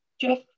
Jeff